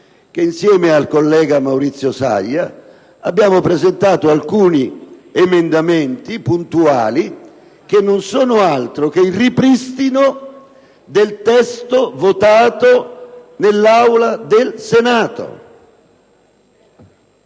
che, insieme al senatore Maurizio Saia, ho presentato alcuni emendamenti puntuali, che non sono altro che il ripristino del testo votato nell'Aula del Senato.